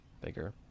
bigger